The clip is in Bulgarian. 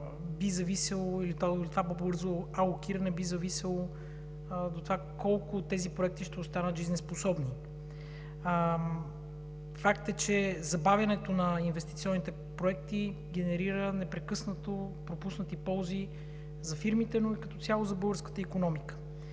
или алокиране би зависело колко от тези проекти ще останат жизнеспособни. Факт е, че забавянето на инвестиционните проекти генерира непрекъснато пропуснати ползи за фирмите, но и като цяло за българската икономика.